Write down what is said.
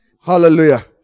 Hallelujah